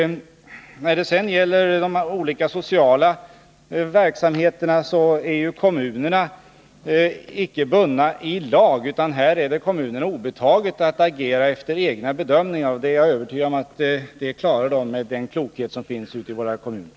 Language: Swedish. Vad beträffar de olika sociala verksamheterna är kommunerna inte bundna i lag, utan här är det kommunerna obetaget att agera efter egna bedömningar. Jag är övertygad om att man klarar detta med den klokhet som finns ute i våra kommuner.